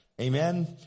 Amen